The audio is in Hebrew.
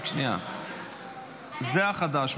זה החדש,